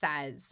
says